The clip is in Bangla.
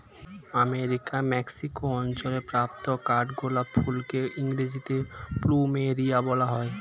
আমেরিকার মেক্সিকো অঞ্চলে প্রাপ্ত কাঠগোলাপ ফুলকে ইংরেজিতে প্লুমেরিয়া বলা হয়